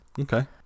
Okay